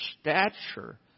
stature